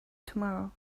tomorrow